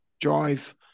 drive